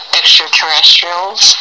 extraterrestrials